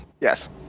Yes